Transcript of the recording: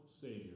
Savior